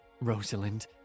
Rosalind